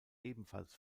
ebenfalls